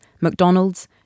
McDonald's